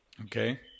Okay